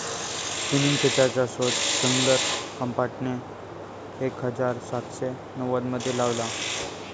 spinning खेचरचा शोध Samuel क्रॉम्प्टनने एक हजार सातशे नव्वदमध्ये लावला